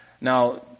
Now